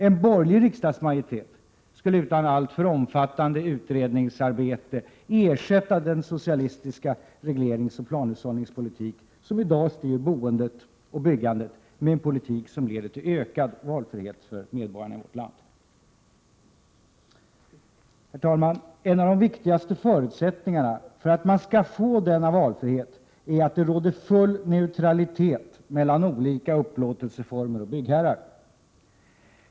En borgerlig riksdagsmajoritet skulle utan alltför omfattande utredningsarbete ersätta den socialistiska regleringsoch planhushållningspolitiken, som i dag styr boendet och byggandet, med en politik som leder till ökad valfrihet för medborgarna i vårt land. Herr talman! En av de viktigaste förutsättningarna för att man skall få denna valfrihet är att det råder full neutralitet mellan olika upplåtelseformer och byggherrar.